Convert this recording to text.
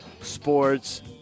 Sports